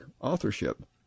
authorship